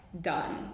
done